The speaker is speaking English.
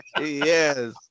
Yes